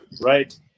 Right